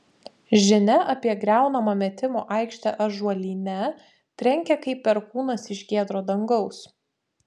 žinia apie griaunamą metimų aikštę ąžuolyne trenkė kaip perkūnas iš giedro dangaus